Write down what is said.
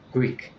Greek